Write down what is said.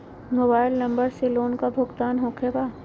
Mobile number से loan का भुगतान होखे बा?